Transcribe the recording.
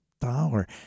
dollar